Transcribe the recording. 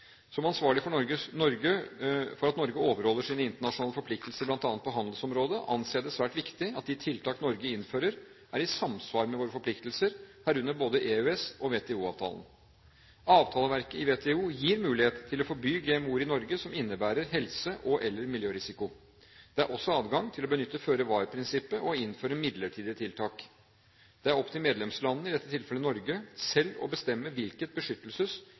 Som ansvarlig for at Norge overholder sine internasjonale forpliktelser bl.a. på handelsområdet, anser jeg det som svært viktig at de tiltak som Norge innfører, er i samsvar med våre forpliktelser – herunder både EØS- og WTO-avtalen. Avtaleverket i WTO gir mulighet til å forby GMO-er i Norge som innebærer helse- og/eller miljørisiko. Det er også adgang til å benytte føre-var-prinsippet og å innføre midlertidige tiltak. Det er opp til medlemslandene – i dette tilfellet Norge – selv å bestemme hvilket beskyttelses-